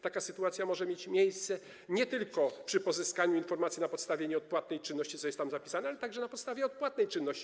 Taka sytuacja może mieć miejsce nie tylko przy pozyskaniu informacji na podstawie nieodpłatnej czynności, co jest tam zapisane, ale także na podstawie odpłatnej czynności.